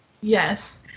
yes